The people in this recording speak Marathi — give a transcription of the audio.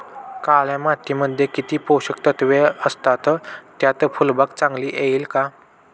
काळ्या मातीमध्ये किती पोषक द्रव्ये असतात, त्यात फुलबाग चांगली येईल का?